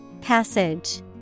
Passage